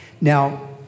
Now